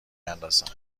اندازد